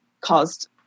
caused